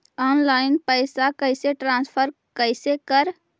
Online पैसा कैसे transfer कैसे कर?